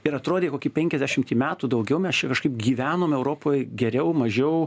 ir atrodė kokį penkiasdešimtį metų daugiau mes čia kažkaip gyvenom europoj geriau mažiau